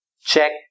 check